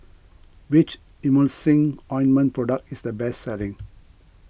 which Emulsying Ointment Product is the best selling